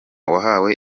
wahawe